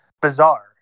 bizarre